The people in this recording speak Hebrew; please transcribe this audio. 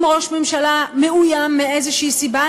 אם ראש ממשלה מאוים מאיזו סיבה,